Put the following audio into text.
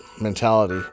mentality